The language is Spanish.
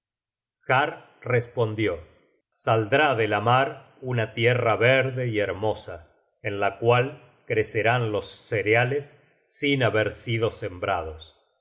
respondió saldrá de la mar una tierra verde y hermosa en la cual crecerán los cereales sin haber sido sembrados